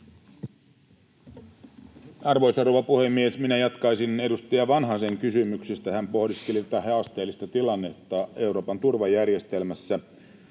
rouva puhemies! Minä jatkaisin edustaja Vanhasen kysymyksistä. Hän pohdiskeli tätä haasteellista tilannetta Euroopan turvajärjestelmässä.